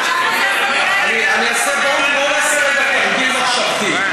בואו נעשה רגע תרגיל מחשבתי,